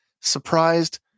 Surprised